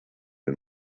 and